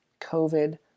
COVID